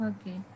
Okay